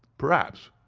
perhaps,